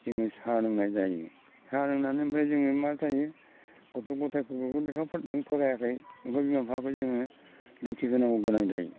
जोङो साहा लोंनाय जायो साहा लोंनानै ओमफ्राय जों मा जायो गथ' गथाइफोरखौबो लेखा नों फरायाखै बेखौ बिमा बिफाखौ जोङो डिउटि होनांगौ गोनां जायो